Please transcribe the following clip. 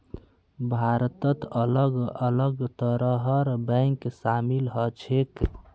भारतत अलग अलग तरहर बैंक शामिल ह छेक